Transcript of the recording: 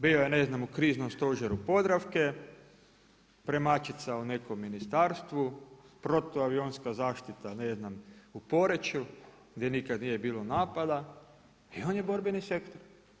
Bio je ne znam u kriznom stožeru Podravke, … u nekom ministarstvu, protuavionska zaštita ne znam u Poreču, gdje nikada nije bilo napada i on je borbeni sektor.